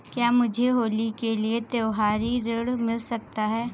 क्या मुझे होली के लिए त्यौहारी ऋण मिल सकता है?